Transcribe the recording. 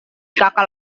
kakak